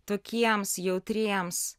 tokiems jautriems